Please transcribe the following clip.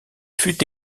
fut